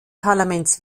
parlaments